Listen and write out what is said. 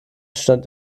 stand